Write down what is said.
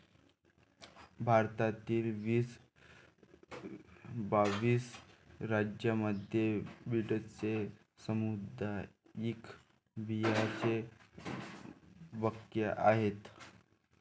भारतातील बावीस राज्यांमध्ये दीडशे सामुदायिक बियांचे बँका आहेत